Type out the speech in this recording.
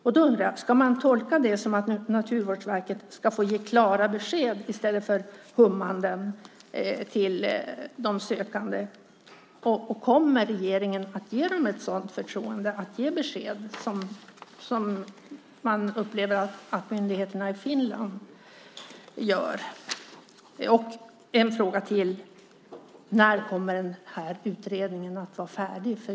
Då undrar jag: Ska man tolka det som att Naturvårdsverket ska få ge klara besked i stället för hummanden till de sökande, och kommer regeringen att ge dem ett sådant förtroende att ge besked, som man upplever att myndigheterna i Finland gör? Jag har en fråga till. När kommer den här utredningen att vara färdig?